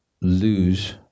lose